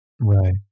Right